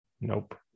Nope